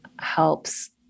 helps